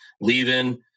leaving